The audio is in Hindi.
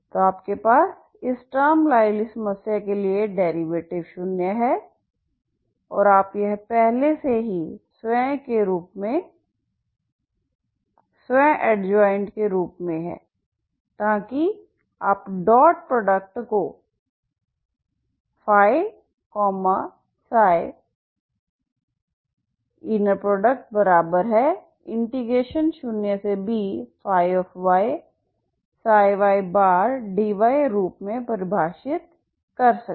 तो आपके पास इस स्टॉर्म लाइवली समस्या के लिए डेरिवेटिव शून्य है और आप यह पहले से ही स्वयं एडज्वाइंट के रूप में हैं ताकि आप डॉट प्रोडक्ट को ΦѰ ∶ 0bΦѰdy रूप में परिभाषित कर सकें